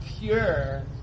pure